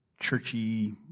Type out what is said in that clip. churchy